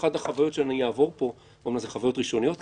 אחת החוויות שאני אעבור פה זה חוויות ראשוניות,